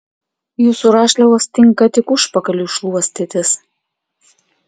jūsų rašliavos tinka tik užpakaliui šluostytis